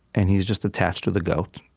and he's just attached to the goat,